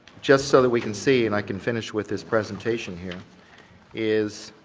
just so that we can see and i can finish with this presentation here is